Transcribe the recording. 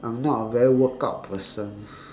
I'm not a very workout person